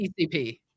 TCP